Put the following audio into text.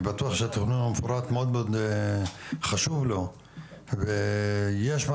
אני בטוח שהתכנון המפורט מאוד מאוד חשוב לו ויש מה